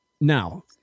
now